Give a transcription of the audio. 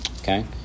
Okay